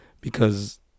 because-